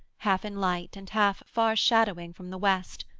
half in light, and half far-shadowing from the west,